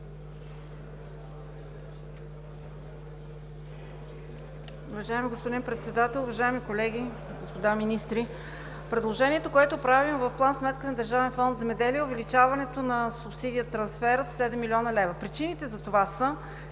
Предложението, което правим в План-сметка на Държавен фонд „Земеделие“, е за увеличаването на субсидия „Трансфер“ със 7 млн. лв. Причините за това са